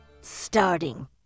Starting